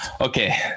okay